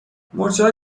مورچهها